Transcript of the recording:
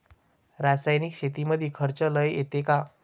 रासायनिक शेतीमंदी खर्च लई येतो का?